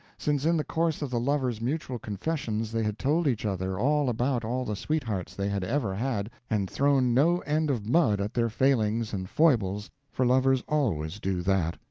since in the course of the lovers' mutual confessions they had told each other all about all the sweethearts they had ever had, and thrown no end of mud at their failings and foibles for lovers always do that.